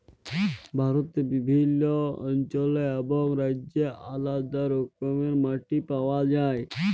ভারতে বিভিল্ল্য অল্চলে এবং রাজ্যে আলেদা রকমের মাটি পাউয়া যায়